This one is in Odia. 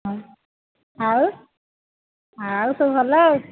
ହଁ ଆଉ ଆଉ ସବୁ ଭଲ ଆଉ